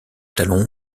talon